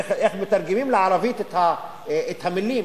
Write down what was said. איך מתרגמים לערבית את המלים.